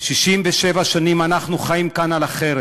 67 שנים אנחנו חיים כאן על החרב,